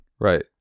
Right